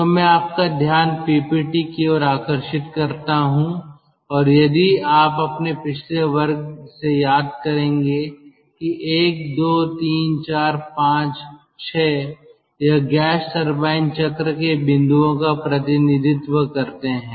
तो मैं आपका ध्यान पीपीटी की ओर आकर्षित करता हूं और यदि आप अपने पिछले वर्ग से याद करेंगे कि 1 2 3 4 5 6 यह गैस टरबाइन चक्र के बिंदुओं का प्रतिनिधित्व करते हैं